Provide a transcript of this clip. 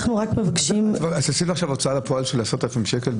אנחנו רק מבקשים --- תעשי לו עכשיו הוצאה לפועל של 10,000 שקל?